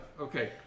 Okay